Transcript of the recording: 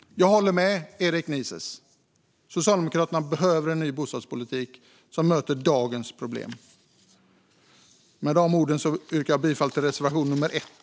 Jag håller med Erik Nises: Socialdemokraterna behöver en ny bostadspolitik som möter dagens problem. Med de orden yrkar jag bifall till reservation nummer 1.